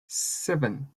seven